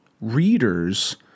readers